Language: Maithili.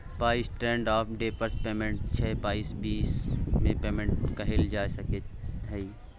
पाइ स्टेंडर्ड आफ डेफर्ड पेमेंट छै पाइसँ भबिस मे पेमेंट कएल जा सकै छै